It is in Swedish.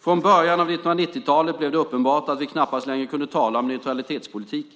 Från början av 1990-talet blev det uppenbart att vi knappast längre kunde tala om neutralitetspolitik